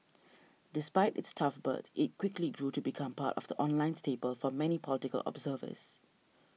despite its tough birth it quickly grew to become part of the online staple for many political observers